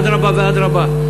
אדרבה ואדרבה.